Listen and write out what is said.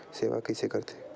सेवा कइसे करथे?